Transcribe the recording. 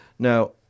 Now